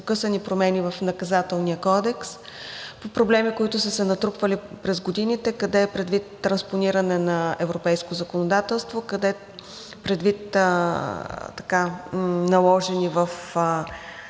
разпокъсани промени в Наказателния кодекс, проблеми, които са се натрупвали през годините къде предвид транспониране на европейско законодателство, къде предвид наложени в